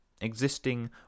existing